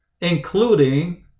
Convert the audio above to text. including